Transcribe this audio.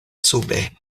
sube